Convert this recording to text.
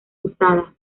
usada